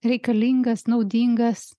reikalingas naudingas